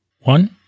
One